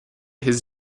his